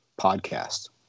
podcast